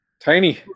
tiny